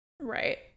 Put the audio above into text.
Right